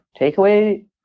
takeaway